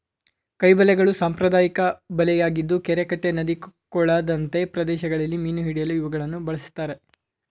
ಕೈ ಬಲೆಗಳು ಸಾಂಪ್ರದಾಯಿಕ ಬಲೆಯಾಗಿದ್ದು ಕೆರೆ ಕಟ್ಟೆ ನದಿ ಕೊಳದಂತೆ ಪ್ರದೇಶಗಳಲ್ಲಿ ಮೀನು ಹಿಡಿಯಲು ಇವುಗಳನ್ನು ಬಳ್ಸತ್ತರೆ